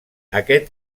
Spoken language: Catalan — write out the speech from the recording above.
aquest